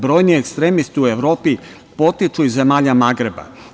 Brojni ekstremisti u Evropi potiču iz zemalja Magreba.